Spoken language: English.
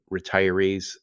retirees